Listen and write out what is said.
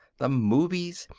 the movies,